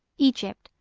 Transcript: egypt,